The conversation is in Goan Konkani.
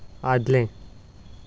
आदलें